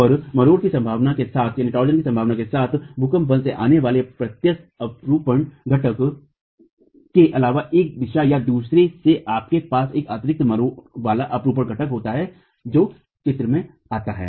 और मरोड़ की संभावना के साथ भूकंप बल से आने वाले प्रत्यक्ष अपयूपन घटक के अलावा एक दिशा या दूसरे में आपके पास एक अतिरिक्त मरोड़ वाला अपरूपण घटक होता है जो चित्र में आता है